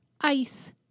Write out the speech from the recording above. ice